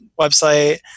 website